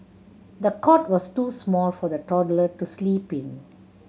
the cot was too small for the toddler to sleep in